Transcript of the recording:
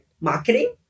marketing